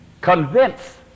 convince